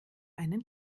einen